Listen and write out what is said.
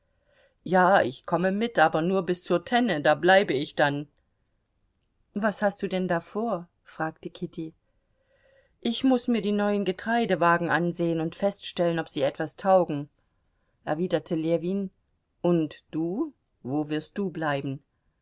ja ich komme mit aber nur bis zur tenne da bleibe ich dann was hast du denn da vor fragte kitty ich muß mir die neuen getreidewagen ansehen und feststellen ob sie etwas taugen erwiderte ljewin und du wo wirst du bleiben